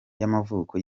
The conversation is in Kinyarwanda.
yamavuko